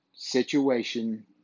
situation